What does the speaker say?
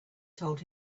told